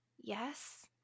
yes